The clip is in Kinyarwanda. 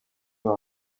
mama